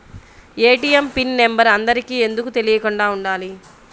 ATM pin number అందరికి ఎందుకు తెలియకుండా ఉండాలి?